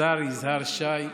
השר יזהר שי,